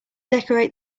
decorate